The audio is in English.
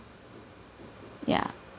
ya